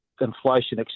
inflation